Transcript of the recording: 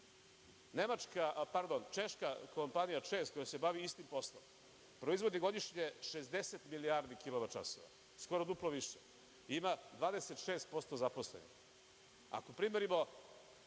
Češka kompanija „Čes“ koja se bavi istim poslom proizvodi godišnje 60 milijardi kilovat časova, skoro duplo više i ima 26.000 zaposlenih. Ako uporedimo